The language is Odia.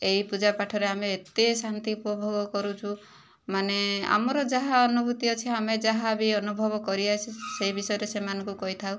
ଏହି ପୂଜା ପାଠରେ ଆମେ ଏତେ ଶାନ୍ତି ଉପଭୋଗ କରୁଛୁ ମାନେ ଆମର ଯାହା ଅନୂଭୂତି ଅଛି ଆମେ ଯାହା ବି ଅନୁଭବ କରି ଆସିଛୁ ସେ ବିଷୟରେ ସେମାନଙ୍କୁ କହିଥାଉ